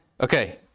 Okay